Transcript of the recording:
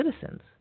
citizens